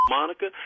Monica